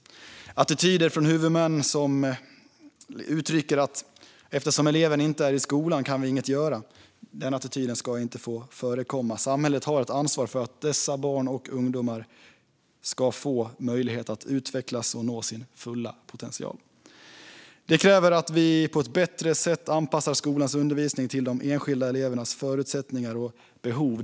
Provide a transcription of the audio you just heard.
Attityden från huvudmän som uttrycker att det inte går att göra någonting eftersom eleven inte är i skolan ska inte få förekomma. Samhället har ett ansvar för att dessa barn och ungdomar ska få möjlighet att utvecklas och nå sin fulla potential. Detta kräver att vi på ett bättre sätt anpassar skolans undervisning till de enskilda elevernas förutsättningar och behov.